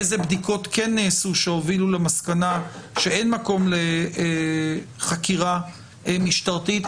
איזה בדיקות כן נעשו שהובילו למסקנה שאין מקום לחקירה משטרתית?